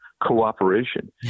cooperation